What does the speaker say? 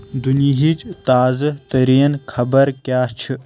دُنیٖہٕچ تازٕ ترین خبر کیٛاہ چھِ